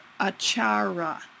achara